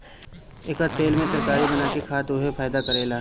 एकर तेल में तरकारी बना के खा त उहो फायदा करेला